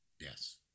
yes